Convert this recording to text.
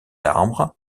arbres